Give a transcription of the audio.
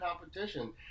competition